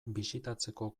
bisitatzeko